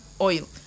oil